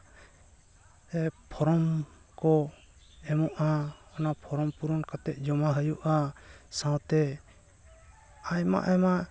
form ᱠᱚ ᱮᱢᱚᱜᱼᱟ ᱚᱱᱟ ᱯᱷᱨᱚᱢ ᱯᱩᱨᱩᱱ ᱠᱟᱛᱮ ᱡᱚᱢᱟ ᱦᱩᱭᱩᱜᱼᱟ ᱥᱟᱶᱛᱮ ᱟᱭᱢᱟ ᱟᱭᱢᱟ